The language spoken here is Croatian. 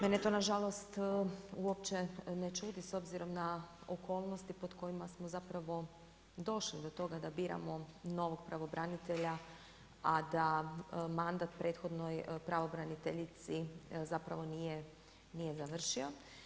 Mene to nažalost uopće ne čudi s obzirom na okolnosti pod kojima smo došli do toga da biramo novog pravobranitelja a da mandat prethodnoj pravobraniteljici zapravo nije završio.